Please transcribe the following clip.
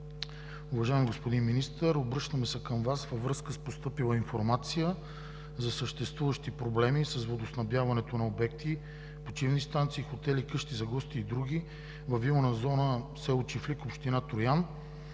Уважаеми господин Министър, обръщаме се към Вас, във връзка с постъпила информация за съществуващи проблеми с водоснабдяването на обекти, почивни станции, хотели, къщи за гости и други във вилна зона в село Чифлик, община Троян